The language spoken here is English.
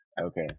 Okay